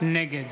נגד